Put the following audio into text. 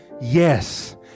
yes